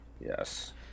Yes